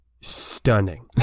stunning